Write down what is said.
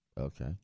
Okay